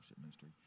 ministry